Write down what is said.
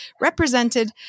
represented